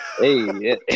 Hey